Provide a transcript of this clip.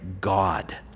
God